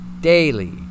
daily